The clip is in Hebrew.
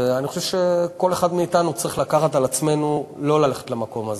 ואני חושב שכל אחד מאתנו צריך לקחת על עצמו לא ללכת למקום הזה,